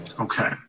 Okay